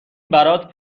برات